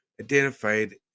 identified